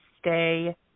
stay